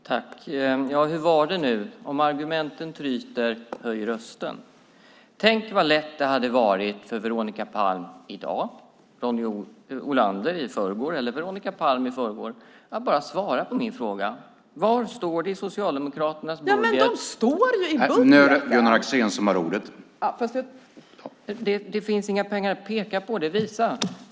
Herr talman! Hur var det nu: Om argumenten tryter, höj rösten. Tänk vad lätt det hade varit för Veronica Palm i dag, Ronny Olander i förrgår eller Veronica Palm i förrgår att bara svara på min fråga: Var står det i Socialdemokraternas budget? Det finns inga pengar att peka på eller visa.